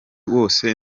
wose